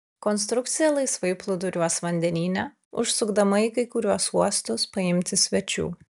konstrukcija laisvai plūduriuos vandenyne užsukdama į kai kuriuos uostus paimti svečių